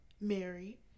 Mary